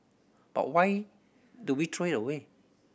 but why do we throw it away